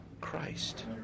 Christ